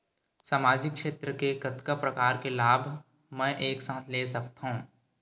सामाजिक क्षेत्र के कतका प्रकार के लाभ मै एक साथ ले सकथव?